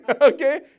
Okay